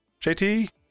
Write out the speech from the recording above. JT